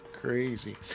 Crazy